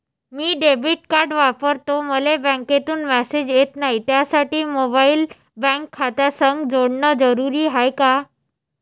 मी debit card वापरतो मले बँकेतून मॅसेज येत नाही, त्यासाठी मोबाईल बँक खात्यासंग जोडनं जरुरी हाय का?